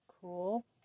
Cool